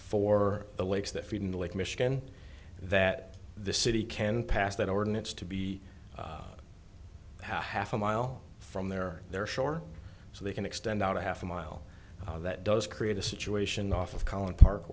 for the lakes that feed into lake michigan that the city can pass that ordinance to be the half a mile from their their shore so they can extend out a half a mile that does create a situation off of colony park